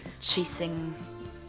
chasing